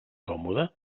còmode